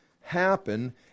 happen